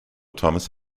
thomas